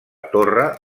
torre